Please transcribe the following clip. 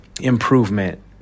improvement